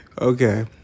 Okay